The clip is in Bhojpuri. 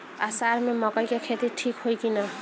अषाढ़ मे मकई के खेती ठीक होई कि ना?